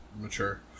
Mature